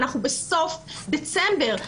אנחנו בסוף דצמבר.